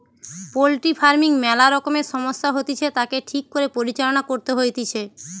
poultry farming ম্যালা রকমের সমস্যা হতিছে, তাকে ঠিক করে পরিচালনা করতে হইতিছে